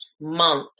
month